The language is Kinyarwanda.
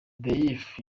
diouf